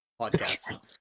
podcast